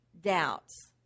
doubts